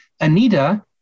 Anita